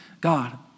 God